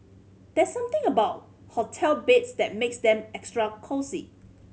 there's something about hotel beds that makes them extra cosy